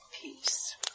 peace